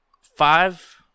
five